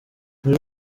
muri